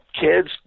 kids